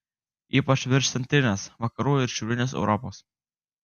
ypač virš centrinės vakarų ir šiaurinės europos